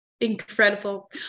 Incredible